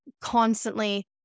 constantly